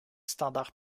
standards